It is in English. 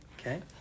Okay